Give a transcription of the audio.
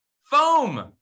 Foam